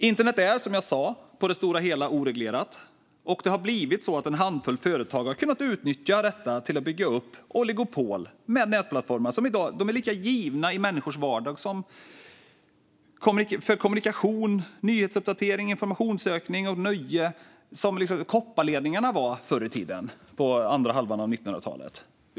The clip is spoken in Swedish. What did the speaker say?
Internet är, som jag sa, på det stora hela oreglerat, och det har blivit så att en handfull företag har kunnat utnyttja detta för att bygga upp oligopol med nätplattformar som i dag är lika givna i människors vardag för kommunikation, nyhetsuppdatering, informationssökning och nöje som kopparledningarna var förr i tiden, under andra halvan av 1900-talet.